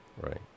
Right